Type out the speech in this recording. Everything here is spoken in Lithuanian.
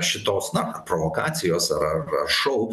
šitos na provokacijos ar ar ar šou